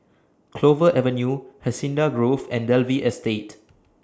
Clover Avenue Hacienda Grove and Dalvey Estate